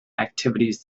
activities